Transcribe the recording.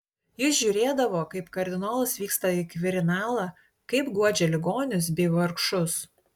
jis žiūrėdavo kaip kardinolas vyksta į kvirinalą kaip guodžia ligonius bei vargšus